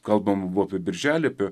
kalbama buvo apie birželį apie